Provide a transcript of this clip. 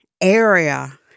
area